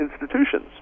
institutions